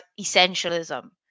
essentialism